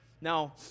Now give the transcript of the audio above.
Now